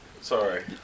Sorry